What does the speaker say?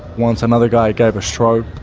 once another guy i gave a stroke.